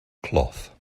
cloth